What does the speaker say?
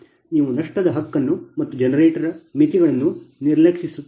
ನೀವು ನಷ್ಟದ ಹಕ್ಕನ್ನು ಮತ್ತು ಜನರೇಟರ್ ಮಿತಿಗಳನ್ನು ನಿರ್ಲಕ್ಷಿಸುತ್ತೀರಿ